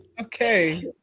Okay